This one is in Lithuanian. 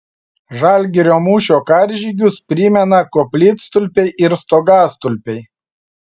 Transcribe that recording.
žalgirio mūšio karžygius primena koplytstulpiai ir stogastulpiai